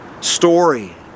story